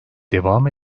devam